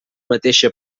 mateixa